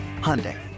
Hyundai